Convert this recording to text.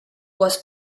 was